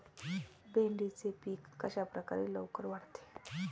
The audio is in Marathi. भेंडीचे पीक कशाप्रकारे लवकर वाढते?